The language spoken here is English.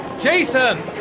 Jason